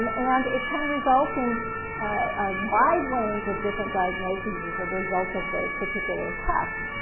um and it can result in a wide range of different diagnoses as a result of those particular tests.